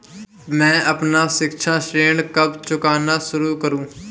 मैं अपना शिक्षा ऋण कब चुकाना शुरू करूँ?